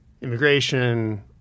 Immigration